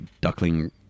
duckling